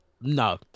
No